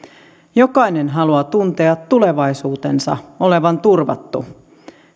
jokainen haluaa tuntea tulevaisuutensa olevan turvattu